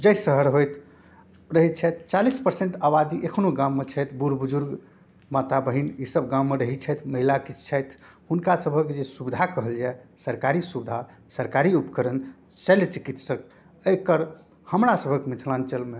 जाहि शहर होथि रहै छथि चालिस परसेन्ट आबादी एखनहु गाममे छथि बूढ़ बुजुर्ग माता बहिन ईसब गाममे रहै छथि महिला किछु छथि हुनकासबके जे सुविधा कहल जाए सरकारी सुविधा सरकारी उपकरण शल्य चिकित्सक एहिके हमरासबके मिथिलाञ्चलमे